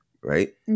right